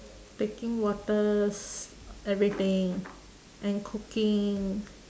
taking waters everything and cooking